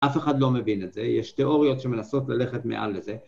אף אחד לא מבין את זה, יש תיאוריות שמנסות ללכת מעל לזה.